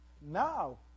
Now